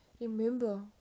Remember